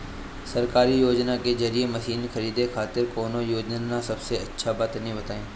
सरकारी योजना के जरिए मशीन खरीदे खातिर कौन योजना सबसे अच्छा बा तनि बताई?